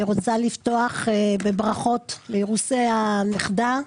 אני רוצה לפתוח בברכות על אירוסיי הנכדה.